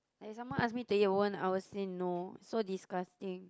if someone ask me to eat worm I will say no so disgusting